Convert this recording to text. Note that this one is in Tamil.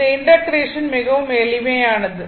இந்த இன்டெக்ரேஷன் மிகவும் எளிமையானது